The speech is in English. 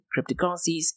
cryptocurrencies